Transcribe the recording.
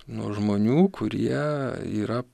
nuo žmonių kurie yra